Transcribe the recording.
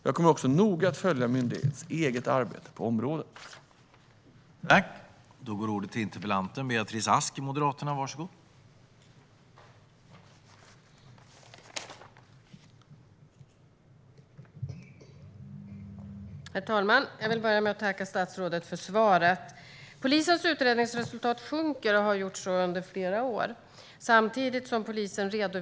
Jag kommer också att noga följa myndighetens eget arbete på området.